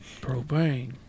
Propane